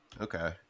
Okay